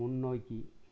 முன்னோக்கி